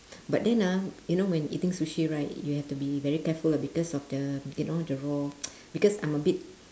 but then ah you know when eating sushi right you have to be very careful ah because of the you know the raw because I'm a bit